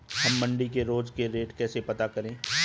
हम मंडी के रोज के रेट कैसे पता करें?